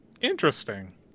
Interesting